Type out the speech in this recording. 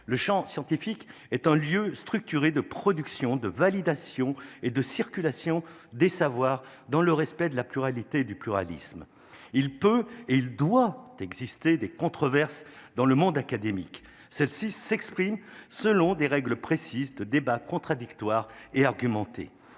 le Champ scientifique est un lieu structuré de production de validation et de circulation des savoirs, dans le respect de la pluralité du pluralisme, il peut et il doit exister des controverses dans le monde académique, celle-ci s'exprime selon des règles précises de débat contradictoire et argumenté